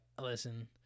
listen